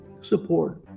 support